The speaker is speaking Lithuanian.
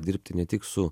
dirbti ne tik su